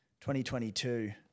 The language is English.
2022